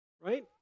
right